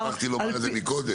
אני שכחתי לומר את זה מקודם.